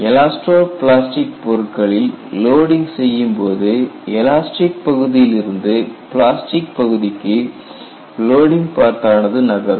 elasto plastic பொருட்களில் loading செய்யும்போது elastic பகுதியிலிருந்து பிளாஸ்டிக் பகுதிக்கு லோடிங் பாத் ஆனது நகரும்